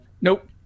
nope